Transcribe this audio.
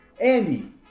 Andy